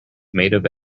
made